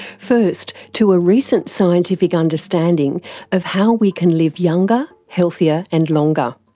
first, to a recent scientific understanding of how we can live younger, healthier and longer.